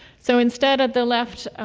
so instead at the left,